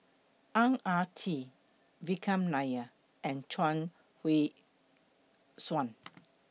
Ang Ah Tee Vikram Nair and Chuang Hui Tsuan